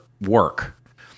work